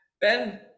ben